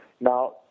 Now